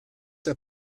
der